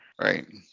right